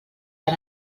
ara